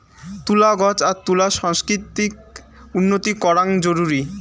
তুলা গছ আর তুলা সংস্কৃতিত উন্নতি করাং জরুরি